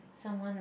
someone